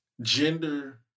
gender